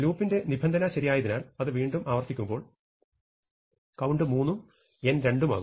ലൂപ്പിന്റെ നിബന്ധന ശരിയായതിനാൽ അത് വീണ്ടും ആവർത്തിക്കുമ്പോൾ കൌണ്ട് 3 ഉം n 2 ഉം ആകുന്നു